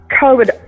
COVID